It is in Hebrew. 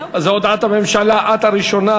זה הודעת הממשלה, את הראשונה,